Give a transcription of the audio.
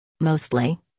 Mostly